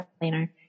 Planner